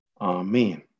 Amen